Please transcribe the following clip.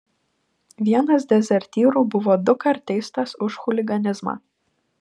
vienas dezertyrų buvo dukart teistas už chuliganizmą